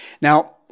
Now